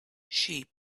sheep